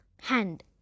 hand